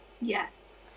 Yes